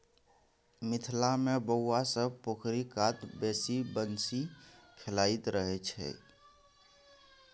मिथिला मे बौआ सब पोखरि कात बैसि बंसी खेलाइत रहय छै